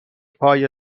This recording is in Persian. پای